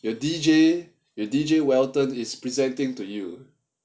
有 D_J you D_J welton is presenting to you